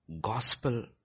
gospel